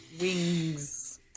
Wings